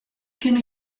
kinne